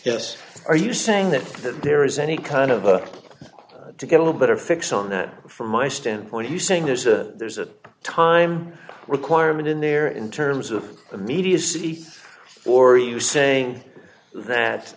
yes are you saying that there is any kind of a to get a better fix on that from my standpoint you saying there's a there's a time requirement in there in terms of immediacy or you saying that